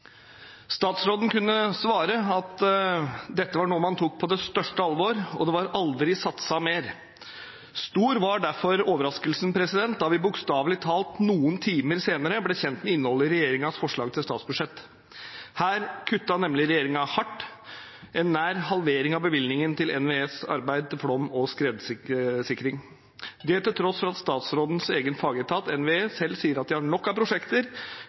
Statsråden svarte at dette var noe man tok på det største alvor, og at det var aldri satset mer. Stor var derfor overraskelsen da vi bokstavelig talt noen timer senere ble kjent med innholdet i regjeringens forslag til statsbudsjett. Der kuttet nemlig regjeringen hardt: nesten en halvering av bevilgningen til NVEs arbeid med flom- og skredsikring – dette til tross for at statsrådens egen fagetat, NVE, selv sier at de har nok av prosjekter